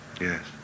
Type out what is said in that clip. Yes